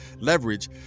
leverage